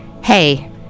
Hey